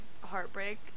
heartbreak